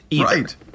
Right